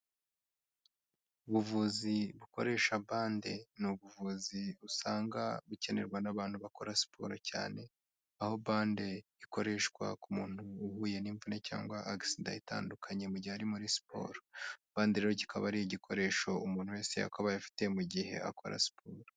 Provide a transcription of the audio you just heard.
Ubuvuzi bukoresha bande ni ubuvuzi usanga bukenerwa n'abantu bakora siporo cyane, aho bande ikoreshwa ku muntu uhuye n'imvune cyangwa agisida itandukanye mu gihe ari muri siporo, bande rero kikaba ari igikoresho umuntu wese yakabaye afite mu gihe akora siporo.